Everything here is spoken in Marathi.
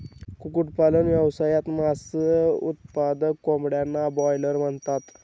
कुक्कुटपालन व्यवसायात, मांस उत्पादक कोंबड्यांना ब्रॉयलर म्हणतात